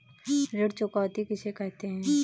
ऋण चुकौती किसे कहते हैं?